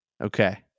Okay